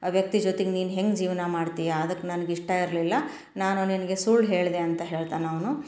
ಆ ವ್ಯಕ್ತಿ ಜೊತೆಗ್ ನೀನು ಹೆಂಗೆ ಜೀವನ ಮಾಡ್ತೀಯಾ ಅದಕ್ಕೆ ನನಗೆ ಇಷ್ಟ ಇರಲಿಲ್ಲ ನಾನು ನಿನಗೆ ಸುಳ್ಳು ಹೇಳಿದೆ ಅಂತ ಹೇಳ್ತಾನೆ ಅವನು